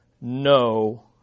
no